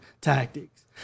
tactics